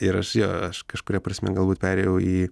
ir aš jo aš kažkuria prasme galbūt perėjau į